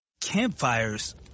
campfires